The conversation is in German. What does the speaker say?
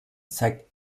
zeigt